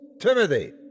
Timothy